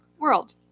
World